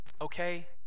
okay